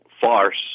farce